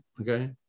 okay